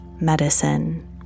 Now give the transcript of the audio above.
medicine